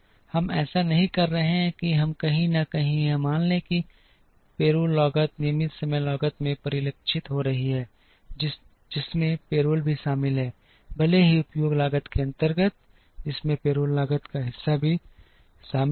हम ऐसा नहीं कर रहे हैं कि हम कहीं न कहीं यह मान लें कि पेरोल लागत नियमित समय लागत में परिलक्षित हो रही है जिसमें पेरोल भी शामिल है भले ही उपयोग लागत के अंतर्गत जिसमें पेरोल लागत का हिस्सा भी शामिल है